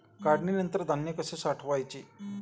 काढणीनंतर धान्य कसे साठवायचे?